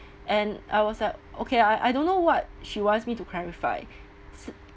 and I was like okay I I don't know what she wants me to clarify s~